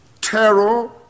terror